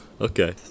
Okay